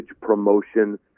promotion